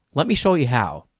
let me show you how.